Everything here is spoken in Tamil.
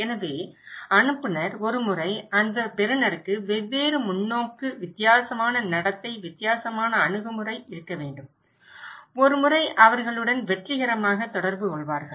எனவே அனுப்புநர் ஒரு முறை அந்த பெறுநருக்கு வெவ்வேறு முன்னோக்கு வித்தியாசமான நடத்தை வித்தியாசமான அணுகுமுறை இருக்க வேண்டும் ஒருமுறை அவர்களுடன் வெற்றிகரமாக தொடர்பு கொள்வார்கள்